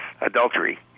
adultery